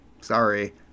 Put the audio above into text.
Sorry